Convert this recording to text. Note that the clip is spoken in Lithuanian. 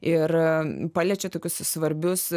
ir paliečia tokius svarbius